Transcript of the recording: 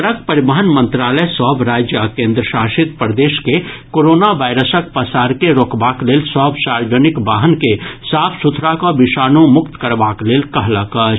सड़क परिवहन मंत्रालय सभ राज्य आ केन्द्र शासित प्रदेश के कोरोना वायरसक पसार के रोकबाक लेल सभ सार्वजनिक वाहन के साफ सुथरा कऽ विषाणु मुक्त करबाक लेल कहलक अछि